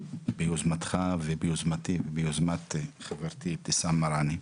ביוזמתך וביוזמתי, וביוזמת חברתי, אבתיסאם מראענה.